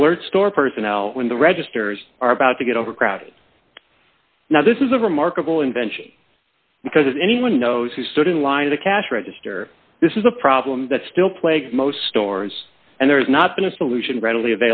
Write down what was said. and alert store personnel when the registers are about to get overcrowded now this is a remarkable invention because if anyone knows who stood in line to cash register this is a problem that still plague most stores and there's not been a solution readily